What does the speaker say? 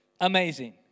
Amazing